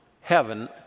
heaven